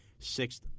Sixth